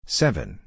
seven